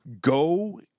go